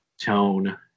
tone